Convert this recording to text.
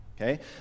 Okay